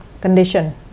condition